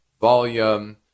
volume